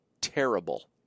Terrible